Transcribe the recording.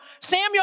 Samuel